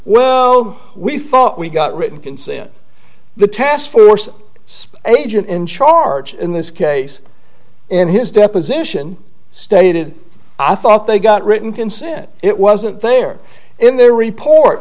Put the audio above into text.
well we thought we got written consent the task force spy agency in charge in this case and his deposition stated i thought they got written consent it wasn't there in their report